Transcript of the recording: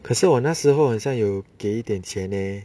可是我那时候很像有给点钱 leh